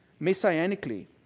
messianically